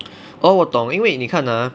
orh 我懂因为你看 ah